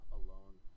alone